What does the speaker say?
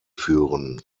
führen